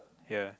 ya